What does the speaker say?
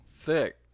Thick